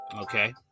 Okay